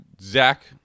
Zach